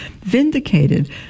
Vindicated